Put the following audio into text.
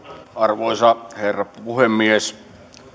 arvoisa herra puhemies